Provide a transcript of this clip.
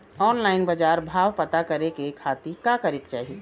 Online बाजार भाव पता करे के खाती का करे के चाही?